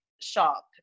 shop